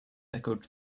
echoed